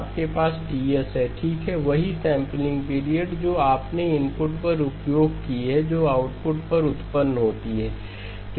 आपके पास Ts है ठीकवही सैंपललिंग पीरियड जो आपने इनपुट पर उपयोग की है जो आउटपुट पर उत्पन्न होती है